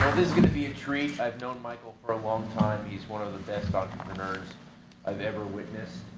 this is gonna be a treat. i've known michael for a long time, he's one of the best entrepreneurs i've ever witnessed.